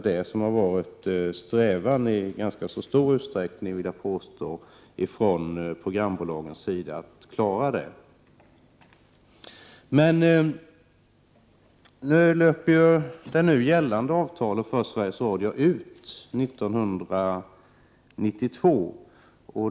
Det har också i ganska stor utsträckning varit en strävan från programbolagens sida att åstadkomma svenskproducerade program. Det nu gällande avtalet för Sveriges Radio löper ut 1992.